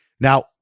Now